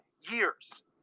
years